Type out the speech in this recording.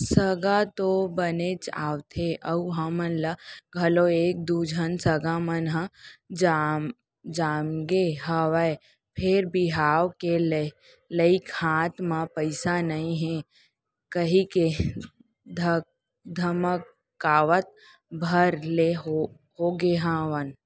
सगा तो बनेच आवथे अउ हमन ल घलौ एक दू झन सगा मन ह जमगे हवय फेर बिहाव के लइक हाथ म पइसा नइ हे कहिके धकमकावत भर ले होगे हंव